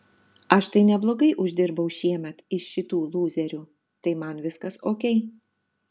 aš tai neblogai uždirbau šiemet iš šitų lūzerių tai man viskas okei